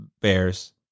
Bears